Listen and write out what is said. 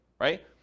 right